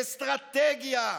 אסטרטגיה.